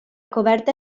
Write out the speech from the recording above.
coberta